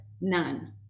none